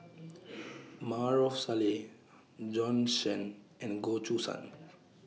Maarof Salleh Bjorn Shen and Goh Choo San